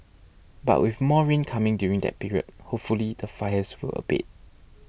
but with more rain coming during that period hopefully the fires will abate